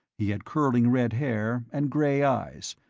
he had curling red hair and gray eyes,